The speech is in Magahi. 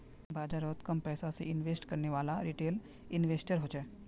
बाजारोत कम पैसा से इन्वेस्ट करनेवाला रिटेल इन्वेस्टर होछे